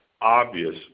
obvious